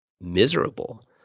miserable